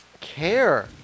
care